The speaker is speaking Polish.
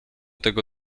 tego